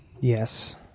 Yes